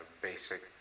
basic